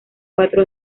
cuatro